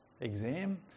exam